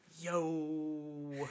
Yo